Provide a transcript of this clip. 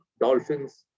dolphins